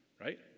right